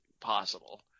possible